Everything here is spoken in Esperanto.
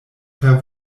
per